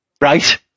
right